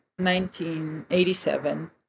1987